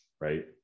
right